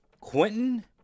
Quentin